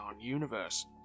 universe